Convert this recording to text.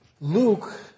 Luke